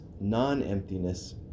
non-emptiness